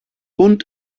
und